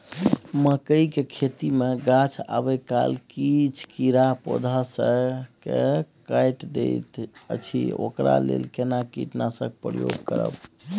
मकई के खेती मे गाछ आबै काल किछ कीरा पौधा स के काइट दैत अछि ओकरा लेल केना कीटनासक प्रयोग करब?